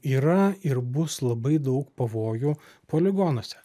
yra ir bus labai daug pavojų poligonuose